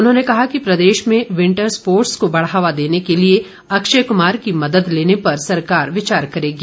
उन्होंने कहा कि प्रदेश में विंटर स्पोटर्स को बढ़ावा देने के लिए अक्षय कुमार की मदद लेने पर सरकार विचार करेगी